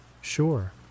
sure